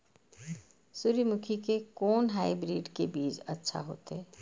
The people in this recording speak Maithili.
सूर्यमुखी के कोन हाइब्रिड के बीज अच्छा होते?